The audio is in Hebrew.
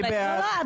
מי בעד?